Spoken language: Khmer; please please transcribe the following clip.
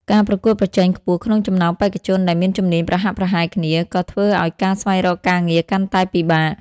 ការប្រកួតប្រជែងខ្ពស់ក្នុងចំណោមបេក្ខជនដែលមានជំនាញប្រហាក់ប្រហែលគ្នា ក៏ធ្វើឲ្យការស្វែងរកការងារកាន់តែពិបាក។